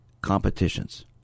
Competitions